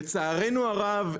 "לצערנו הרב,